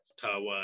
Taiwan